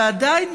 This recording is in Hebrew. ועדיין,